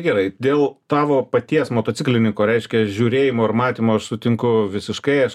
gerai dėl tavo paties motociklininko reiškia žiūrėjimo ir matymo aš sutinku visiškai aš